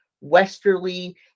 westerly